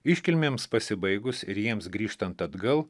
iškilmėms pasibaigus ir jiems grįžtant atgal